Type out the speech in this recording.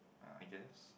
uh I guess